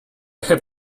have